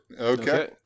Okay